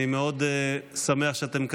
אני מאוד שמח שאתם כאן.